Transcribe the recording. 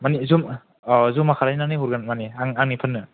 मानि जमा औ जमा खालायनानै हरगोन मानि आंनो फाननो